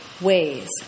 ways